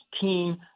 team